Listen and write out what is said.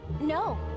No